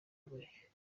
ikomeye